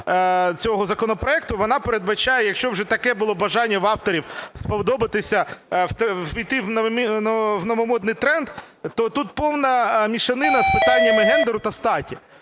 цього законопроекту, вона передбачає, якщо вже таке було бажання в авторів сподобатися, увійти у новомодний тренд, то тут повна мішанина з питаннями гендеру та статі.